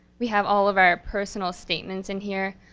we have all of our personal statements in here,